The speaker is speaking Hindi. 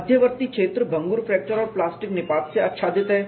मध्यवर्ती क्षेत्र भंगुर फ्रैक्चर और प्लास्टिक निपात से आच्छादित है